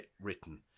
written